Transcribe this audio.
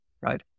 right